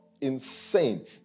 insane